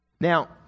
Now